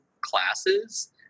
classes